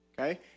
Okay